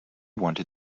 wanted